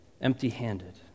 empty-handed